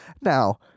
Now